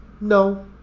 No